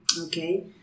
Okay